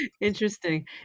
Interesting